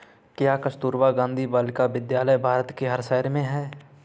क्या कस्तूरबा गांधी बालिका विद्यालय भारत के हर शहर में है?